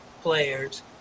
players